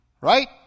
right